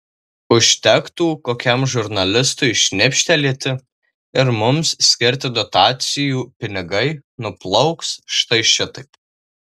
užtektų kokiam žurnalistui šnipštelėti ir mums skirti dotacijų pinigai nuplauks štai šitaip